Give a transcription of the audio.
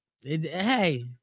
Hey